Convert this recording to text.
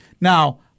Now